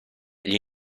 gli